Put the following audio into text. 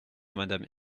madame